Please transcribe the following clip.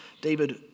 David